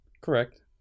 Correct